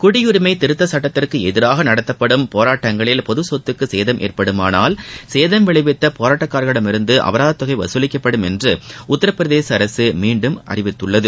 குடியுரிமை திருத்த சுட்டத்திற்கு எதிராக நடத்தப்படும் போராட்டங்களில் பொதுச் சொத்துக்கு சேதம் ஏற்படுமானால் சேதம் விளைவித்த போராட்டக்காரர்களிடமிருந்து அபராதத் தொகை வசூலிக்கப்படும் என்று உத்தரப்பிரதேச அரசு மீண்டும் அறிவித்திருக்கிறது